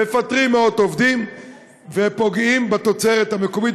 מפטרים מאות עובדים ופוגעים בתוצרת המקומית,